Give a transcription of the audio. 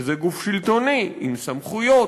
שזה גוף שלטוני עם סמכויות,